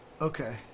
Okay